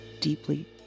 deeply